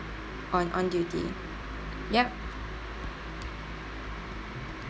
on on duty yup